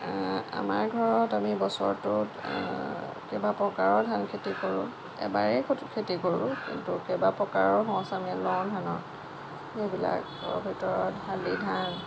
আমাৰ ঘৰত আমি বছৰটোত কেইবা প্ৰকাৰৰ ধান খেতি কৰোঁ এবাৰেই ক খেতি কৰোঁ কিন্তু কেইবা প্ৰকাৰৰ সঁচ আমি লওঁ ধানৰ সেইবিলাকৰ ভিতৰত শালি ধান